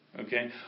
Okay